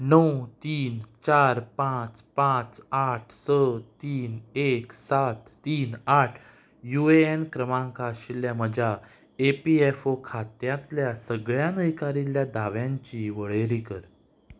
णव तीन चार पांच पांच आठ स तीन एक सात तीन आठ यु ए एन क्रमांक आशिल्ल्या म्हज्या ए पी एफ ओ खात्यांतल्या सगळ्या न्हकारिल्ल्या दाव्यांची वळेरी कर